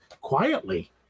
quietly